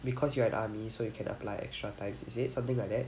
because you are in army so you can apply extra times is it something like that